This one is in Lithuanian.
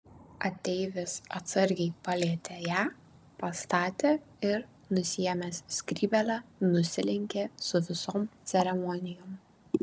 ateivis atsargiai palietė ją pastatė ir nusiėmęs skrybėlę nusilenkė su visom ceremonijom